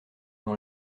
dans